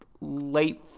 late